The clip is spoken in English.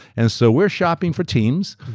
and so, we're shopping for teams.